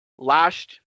Last